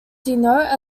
denote